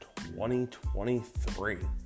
2023